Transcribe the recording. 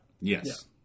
Yes